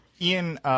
Ian